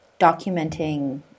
documenting